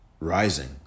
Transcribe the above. rising